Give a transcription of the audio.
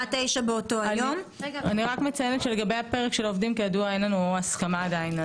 אני מציינת שלגבי הפרק של עובדים אין לנו עדיין הסכמה.